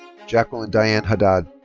jacqueline diane haddad.